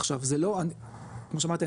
עכשיו זה לא כמו שאמרתי,